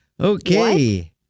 Okay